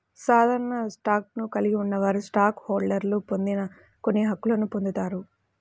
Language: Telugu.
సాధారణ స్టాక్ను కలిగి ఉన్నవారు స్టాక్ హోల్డర్లు పొందని కొన్ని హక్కులను పొందుతారు